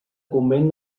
convent